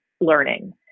learning